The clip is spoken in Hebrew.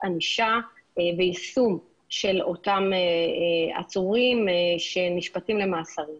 ענישה ביישום של אותם עצורים שנשפטים למאסרים.